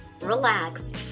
relax